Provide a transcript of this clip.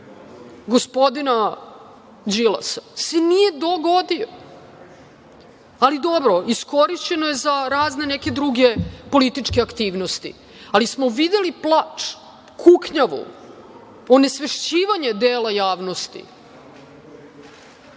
gospodina Đilasa se nije dogodio. Ali, dobro, iskorišćeno je za razne neke druge političke aktivnosti. Ali, videli smo plač, kuknjavu, onesvešćivanje dela javnosti,